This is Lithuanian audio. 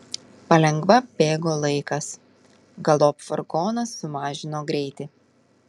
palengva bėgo laikas galop furgonas sumažino greitį